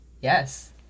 Yes